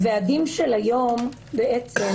הוועדים של היום בעצם